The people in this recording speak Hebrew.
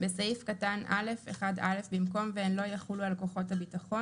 בסעיף קטן א' 1א. במקום והם לא יחולו על כוחות הביטחון,